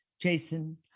Jason